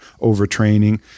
overtraining